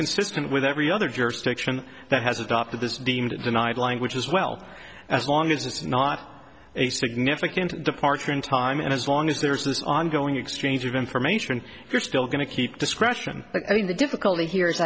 consistent with every other jurisdiction that has adopted this deemed denied language as well as long as it's not a significant departure in time and as long as there's this ongoing exchange of information if you're still going to keep discretion i mean the difficulty he